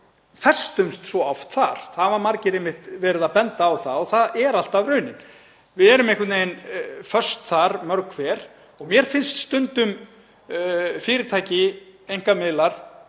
við festumst svo oft þar. Það hafa margir einmitt verið að benda á það og það er alltaf raunin að við erum einhvern veginn föst þar, mörg hver. Mér finnst stundum fyrirtæki, einkamiðlar